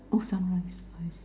oh sunrise rise